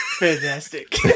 Fantastic